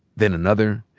then another.